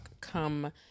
come